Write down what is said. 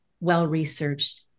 well-researched